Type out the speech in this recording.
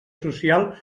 social